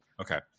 okay